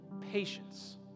patience